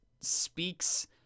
speaks